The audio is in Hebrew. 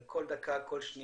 זה כל דקה, כל שניה,